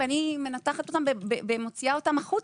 ואני מנתחת אותם ומוציאה אותם החוצה.